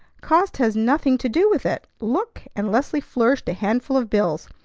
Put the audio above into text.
cost has nothing to do with it. look! and leslie flourished a handful of bills.